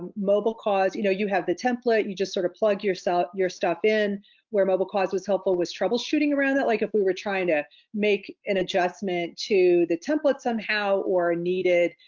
mobilecause you know you have the template, you just sort of plug your stuff in where mobilecause was helpful was troubleshooting around that, like, if we were trying to make an adjustment to the template somehow or needed,